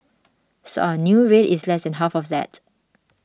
so our new rate is less than half of that